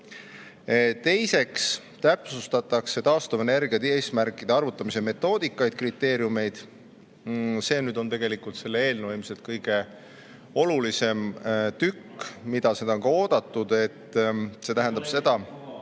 hakka. Teiseks täpsustatakse taastuvenergia eesmärkide arvutamise metoodikaid, kriteeriumeid. See on tegelikult selle eelnõu ilmselt kõige olulisem tükk, mida seda on ka oodatud, et see tähendab seda ...